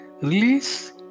release